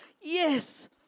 Yes